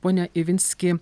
pone ivinski